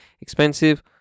expensive